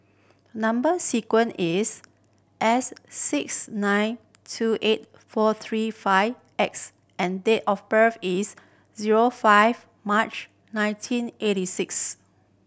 number sequence is S six nine two eight four three five X and date of birth is zero five March nineteen eighty six